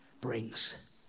brings